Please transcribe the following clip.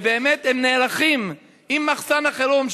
ובאמת הם נערכים עם מחסן החירום,